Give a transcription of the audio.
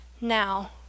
Now